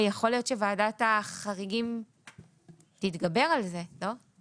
הרי יכול להיות שוועדת החריגים תתגבר על זה, לא?